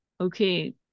okay